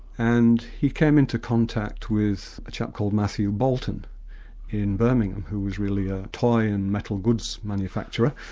and he came into contact with a chap called matthew bolton in birmingham, who was really a toy and metal goods manufacturer.